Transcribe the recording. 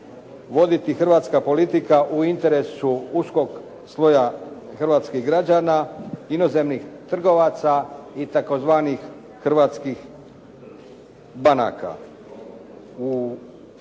voditi hrvatska politika u interesu uskog sloja hrvatskih građana, inozemnih trgovaca i tzv. hrvatskih banaka.